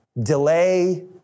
delay